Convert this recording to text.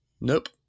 Nope